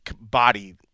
body